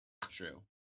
True